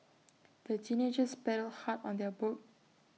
the teenagers paddled hard on their boat